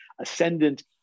ascendant